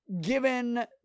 given